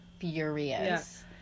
furious